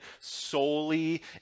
solely